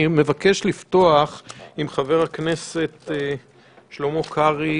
אני מבקש לפתוח עם חבר הכנסת שלמה קרעי